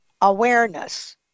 awareness